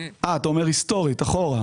בשנים האחרונות.